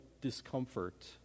discomfort